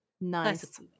Nice